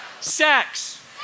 Sex